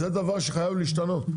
זה דבר שחייב להשתנות.